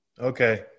Okay